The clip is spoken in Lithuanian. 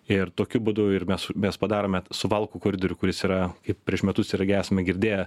ir tokiu būdu ir mes mes padaromet suvalkų koridorių kuris yra kaip prieš metus irgi esame girdėję